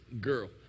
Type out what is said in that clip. girl